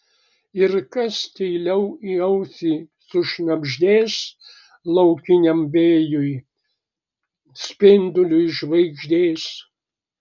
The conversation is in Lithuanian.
ir kas tyliau į ausį sušnabždės laukiniam vėjui spinduliui žvaigždės